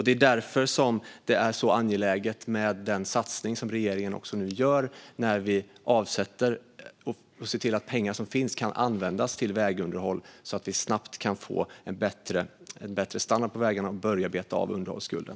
Det är därför regeringens satsning är så angelägen där vi ser till att pengar som finns kan användas till vägunderhåll så att vi snabbt kan få en bättre standard på vägarna och börja beta av underhållsskulden.